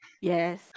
yes